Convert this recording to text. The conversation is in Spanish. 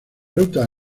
rutas